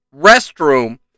restroom